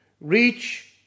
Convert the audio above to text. reach